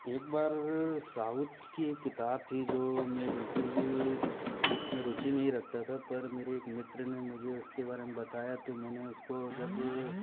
एक बार साउथ की एक किताब थी जो मैं बिल्कुल भी उसमें रुचि नहीं रखता था पर मेरे एक मित्र ने मुझे उसके बारे में बताया तो मैंने उसको जब